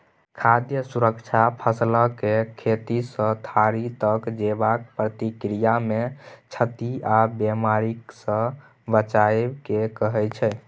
खाद्य सुरक्षा फसलकेँ खेतसँ थारी तक जेबाक प्रक्रियामे क्षति आ बेमारीसँ बचाएब केँ कहय छै